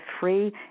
free